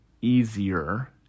easier